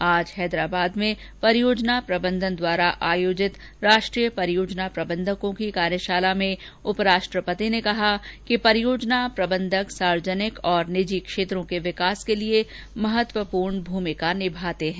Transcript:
आज हैदराबाद में परियोजना प्रबंधन द्वारा आयोजित राष्ट्रीय परियोजना प्रबंधकों की कार्यशाला को संबोधित करते हुए उपराष्ट्रपति ने कहा कि परियोजना प्रबंधक सार्वजनिक और निजी क्षेत्रों के विकास के लिए महत्वपूर्ण भूमिका निभाते हैं